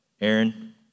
Aaron